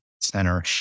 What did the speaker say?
center